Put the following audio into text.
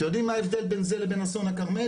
אתם יודעים מה ההבדל בין זה לבין אסון הכרמל?